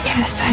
Yes